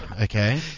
okay